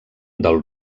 del